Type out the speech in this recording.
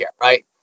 right